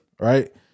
right